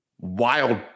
wild